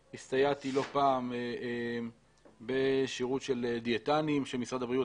הסתייעתי לא פעם בשירות של דיאטנים של משרד הבריאות,